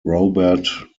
robert